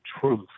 truth